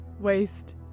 Waste